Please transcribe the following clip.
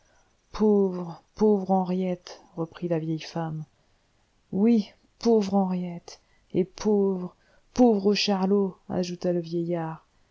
pauvre pauvre henriette reprit la vieille femme oui pauvre henriette et pauvre pauvre charlot ajouta le vieillard